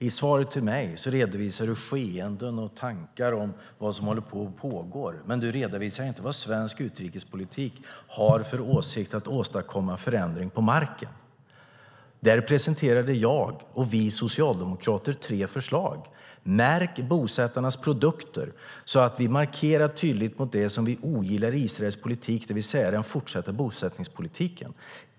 I svaret till mig redovisar du skeenden och tankar om vad som pågår, men du redovisar inte vad svensk utrikespolitik har för avsikt att åstadkomma för förändring på marken. Där presenterade jag och vi socialdemokrater tre förslag: Märk bosättarnas produkter, så att vi markerar tydligt mot det som vi ogillar i Israels politik, det vill säga den fortsatta bosättningspolitiken.